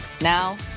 Now